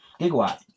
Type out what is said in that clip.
Gigawatt